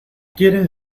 quieres